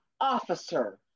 officer